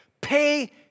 pay